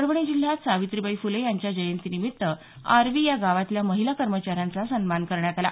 परभणी जिल्ह्यात सावित्रीबाई फुले यांच्या जयंतीनिमित्त आर्वी या गावातील महिला कर्मचाऱ्यांचा सन्मान करण्यात आला